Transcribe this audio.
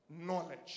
knowledge